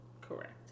Correct